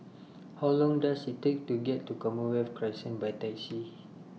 How Long Does IT Take to get to Commonwealth Crescent By Taxi